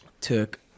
took